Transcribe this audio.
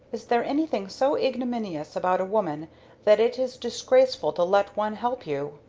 is there anything so ignominious about a woman that it is disgraceful to let one help you?